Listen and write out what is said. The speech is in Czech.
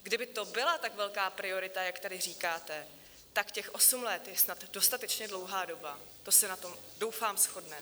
Kdyby to byla tak velká priorita, jak tady říkáte, tak těch osm let je snad dostatečně dlouhá doba, to se na tom doufám shodneme.